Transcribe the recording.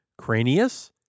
Cranius